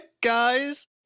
guys